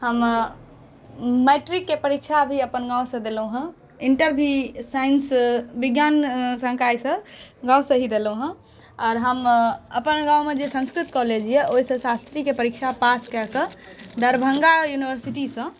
हम मैट्रिक के परीक्षा भी अपन गाँव से देलहुॅं हैं इन्टर भी साइंस विज्ञान संकायसँ गाँवसँ ही देलहुॅं हैं आर हम अपन गाँव मे जे संस्कृत कॉलेज यऽ ओहिसँ शास्त्रीके परीक्षा पास कय कऽ दरभंगा यूनिवर्सिटी सँ